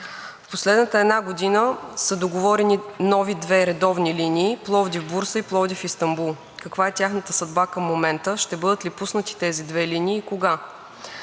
В последната една година са договорени нови две редовни линии Пловдив – Бурса и Пловдив – Истанбул. Каква е тяхната съдба към момента? Ще бъдат ли пуснати тези две линии и кога?